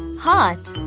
hot.